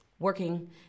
working